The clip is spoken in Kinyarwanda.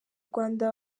rwanda